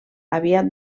aviat